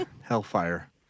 hellfire